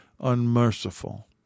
unmerciful